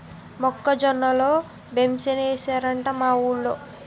మొక్క జొన్న లో బెంసేనేశారట మా ఊరోలు